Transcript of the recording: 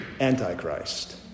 Antichrist